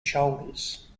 shoulders